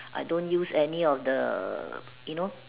I don't use any of the you know